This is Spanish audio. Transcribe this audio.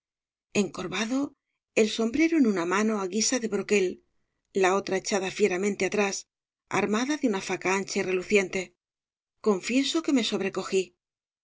encorvado el sombrero en una mano á guisa de broquel la otra echada fieramente atrás armada de una faca ancha y reluciente confieso que me sobrecogí